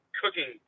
cooking